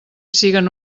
siguen